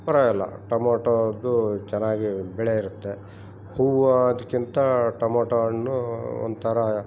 ಪರಾ ಎಲ್ಲ ಟೊಮೊಟೊದ್ದು ಚೆನ್ನಾಗಿ ಬೆಳೆ ಇರತ್ತೆ ಹೂವ ಅದ್ಕೆಂತ ಟೊಮೊಟೊ ಹಣ್ಣು ಒಂಥರ